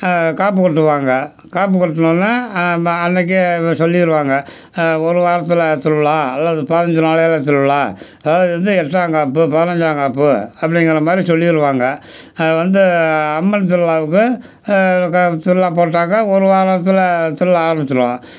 காப்பு கட்டுவாங்க காப்பு கட்னோன்னே அன்னைக்கே சொல்லிருவாங்க ஒரு வாரத்தில் திருவிழா அல்லது பதினஞ்சு நாளையில் திருவிழா அதாவது வந்து எட்டாம்காப்பு பதினஞ்சாம்காப்பு அப்படிங்கிற மாதிரி சொல்லிருவாங்க வந்து அம்மன் திருவிழாவுக்கு க திருவிழா போட்டாக்கா ஒரு வாரத்தில் திருவிழா ஆரம்பிச்சிருவோம்